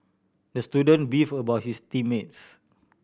the student beefed about his team mates